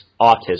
autism